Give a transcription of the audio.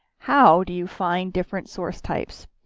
how do you find different source types?